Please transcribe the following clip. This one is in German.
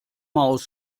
maus